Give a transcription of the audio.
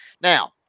Now